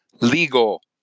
legal